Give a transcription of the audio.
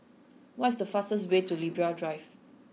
what is the fastest way to Libra Drive